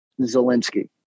Zelensky